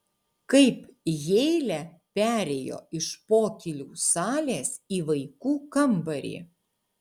kaip heile perėjo iš pokylių salės į vaikų kambarį